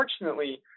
unfortunately